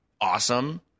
awesome